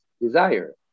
desire